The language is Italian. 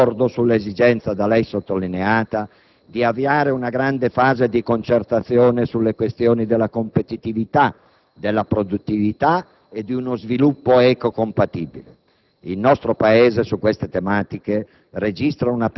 della gente in carne ed ossa. Così come concordo sull'esigenza da lei sottolineata di avviare una grande fase di concertazione sulle questioni della competitività, della produttività e di uno sviluppo ecocompatibile.